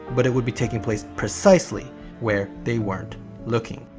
but it would be taking place precisely where they weren't looking.